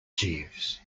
jeeves